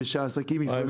ושהעסקים יפרחו.